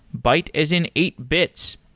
byte as in eight bits.